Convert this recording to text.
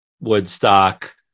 Woodstock